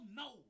no